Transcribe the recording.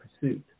pursuit